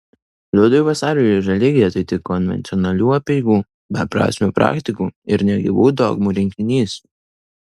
liudui vasariui religija tai tik konvencionalių apeigų beprasmių praktikų ir negyvų dogmų rinkinys